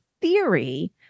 theory